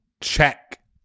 check